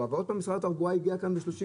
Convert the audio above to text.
ועוד פעם משרד התחבורה הגיע כאן עם 30 יום.